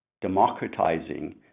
democratizing